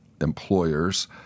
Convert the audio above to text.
employers